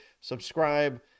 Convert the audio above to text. Subscribe